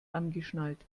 angeschnallt